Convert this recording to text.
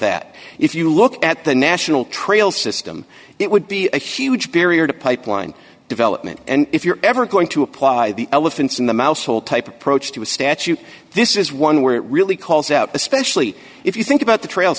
that if you look at the national trail system it would be a huge barrier to pipeline development and if you're ever going to apply the elephants in the mousehole type approach to a statute this is one where it really calls out especially if you think about the trails